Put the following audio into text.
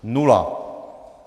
Nula.